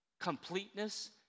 completeness